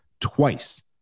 twice